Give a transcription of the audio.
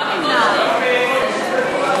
נמנעת.